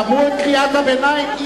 שמעו את קריאת הביניים.